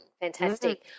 Fantastic